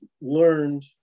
learned